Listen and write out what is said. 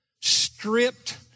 stripped